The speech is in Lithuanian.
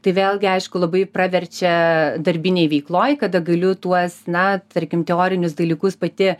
tai vėlgi aišku labai praverčia darbinėj veikloj kada galiu tuos na tarkim teorinius dalykus pati